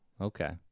Okay